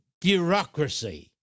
bureaucracy